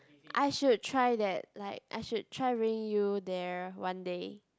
I should try that like I should try bringing you there one day